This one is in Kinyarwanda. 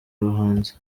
abahanzi